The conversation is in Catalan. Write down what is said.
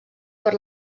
per